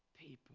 people